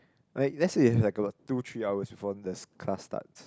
like let's say if you have like about two three hours before the class starts